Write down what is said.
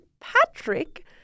Patrick